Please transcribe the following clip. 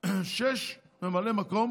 הכספים וגם שישה ממלאי מקום